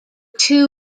two